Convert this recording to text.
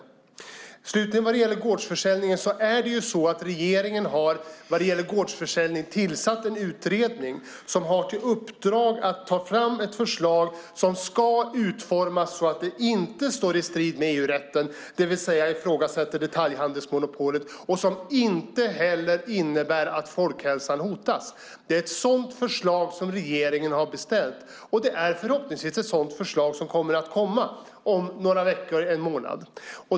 Vad slutligen gäller gårdsförsäljningen har regeringen tillsatt en utredning som har till uppdrag att ta fram ett förslag som ska utformas så att det inte står i strid med EU-rätten, det vill säga ifrågasätter detaljhandelsmonopolet, och som inte innebär att folkhälsan hotas. Det är ett sådant förslag som regeringen har beställt. Det är förhoppningsvis ett sådant förslag som kommer att komma om några veckor eller en månad.